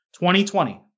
2020